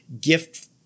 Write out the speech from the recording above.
gift